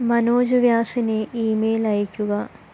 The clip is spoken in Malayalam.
മനോജ് വ്യാസിന് ഇമെയിൽ അയയ്ക്കുക